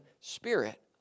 spirit